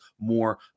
more